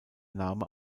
name